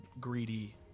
greedy